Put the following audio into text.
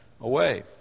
away